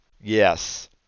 Yes